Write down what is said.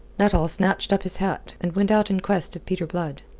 nuttall snatched up his hat, and went out in quest of peter blood.